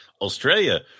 Australia